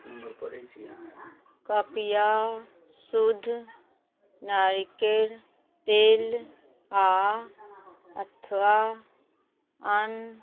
कृपया शुद्ध नारिकेर तेल आ अथवा अन